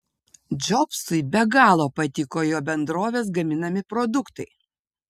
džobsui be galo patiko jo bendrovės gaminami produktai